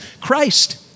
Christ